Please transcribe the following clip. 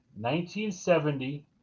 1970